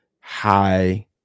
high